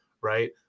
right